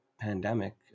pandemic